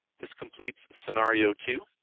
this completes scenario two.